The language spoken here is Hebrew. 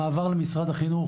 המעבר למשרד החינוך,